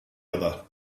other